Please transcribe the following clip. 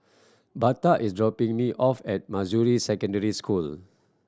Birtha is dropping me off at Manjusri Secondary School